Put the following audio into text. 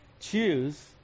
choose